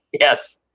Yes